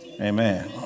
Amen